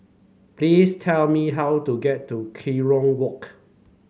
please tell me how to get to Kerong Walk